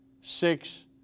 six